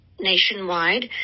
nationwide